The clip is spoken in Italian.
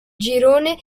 girone